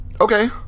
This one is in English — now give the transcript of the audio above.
Okay